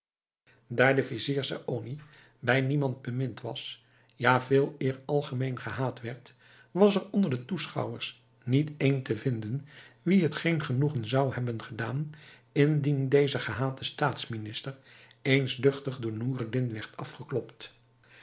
daar de vizier saony bij niemand bemind was ja veeleer algemeen gehaat werd was er onder de toeschouwers niet één te vinden wien het geen genoegen zou hebben gedaan indien deze gehate staatsminister eens duchtig door noureddin werd afgeklopt